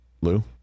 Lou